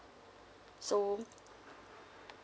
so